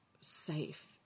safe